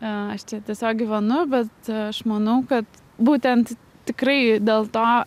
aš čia tiesiog gyvenu bet aš manau kad būtent tikrai dėl to